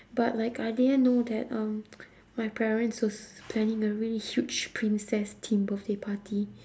but like I didn't know that um my parents was planning a really huge princess themed birthday party